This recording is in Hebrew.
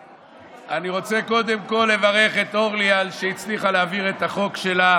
אני רוצה קודם כול לברך את אורלי על שהצליחה להעביר את החוק שלה.